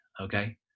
Okay